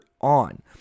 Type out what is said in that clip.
on